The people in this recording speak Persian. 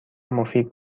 مفید